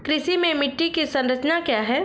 कृषि में मिट्टी की संरचना क्या है?